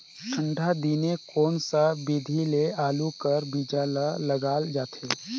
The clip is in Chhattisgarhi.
ठंडा दिने कोन सा विधि ले आलू कर बीजा ल लगाल जाथे?